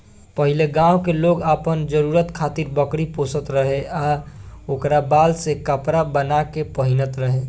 पहिले गांव के लोग आपन जरुरत खातिर बकरी पोसत रहे आ ओकरा बाल से कपड़ा बाना के पहिनत रहे